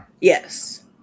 Yes